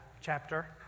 chapter